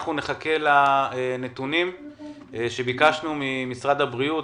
אנחנו נחכה לנתונים שביקשנו ממשרד הבריאות,